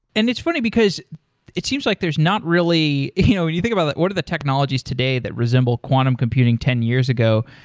and it's funny because it seems like there's not really you know when you think about one of the technologies today that resemble quantum computing ten years ago,